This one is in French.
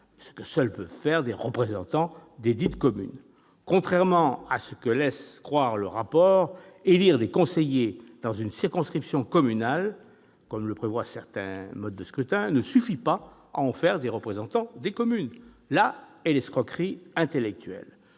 ce que seuls peuvent faire des représentants de celles-ci. Contrairement à ce que laisse croire le rapport, élire des conseillers au sein d'une circonscription communale, comme le prévoient certains modes de scrutin, ne suffit pas à en faire des représentants des communes : là est l'escroquerie intellectuelle.